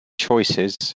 choices